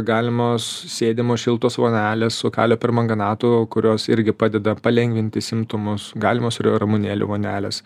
galimos sėdimos šiltos vonelės su kalio permanganatu kurios irgi padeda palengvinti simptomus galimos ir ramunėlių vonelės